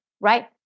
right